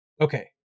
Okay